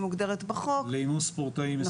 מוגדרת בחוק --- לאימון ספורטאים הישגיים.